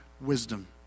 wisdom